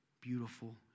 beautiful